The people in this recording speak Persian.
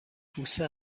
کوسه